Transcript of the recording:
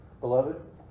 Beloved